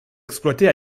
exploités